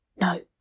No